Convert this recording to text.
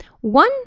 one